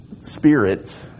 spirits